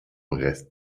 rest